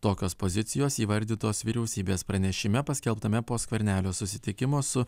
tokios pozicijos įvardytos vyriausybės pranešime paskelbtame po skvernelio susitikimo su